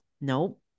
Nope